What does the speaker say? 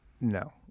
No